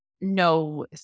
no